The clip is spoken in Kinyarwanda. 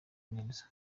neza